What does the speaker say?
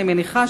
אני מניחה,